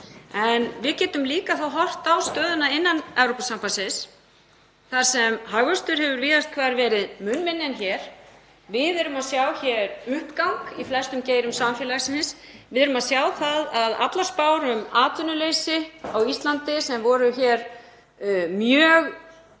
en við getum líka horft á stöðuna innan Evrópusambandsins þar sem hagvöxtur hefur víðast hvar verið mun minni en hér. Við erum að sjá hér uppgang í flestum geirum samfélagsins. Við sjáum það að allar spár um atvinnuleysi á Íslandi, sem voru mjög